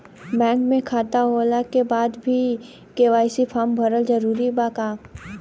Bank में खाता होला के बाद भी के.वाइ.सी फार्म भरल जरूरी बा का?